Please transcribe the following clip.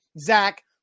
Zach